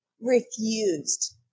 refused